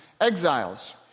exiles